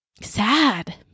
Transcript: sad